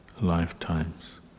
lifetimes